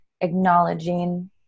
acknowledging